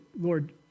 Lord